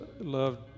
loved